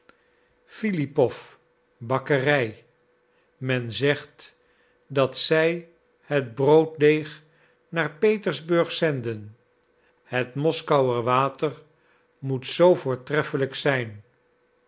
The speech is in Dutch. vergeven philippow bakkerij men zegt dat zij het brooddeeg naar petersburg zenden het moskouer water moet zoo voortreffelijk zijn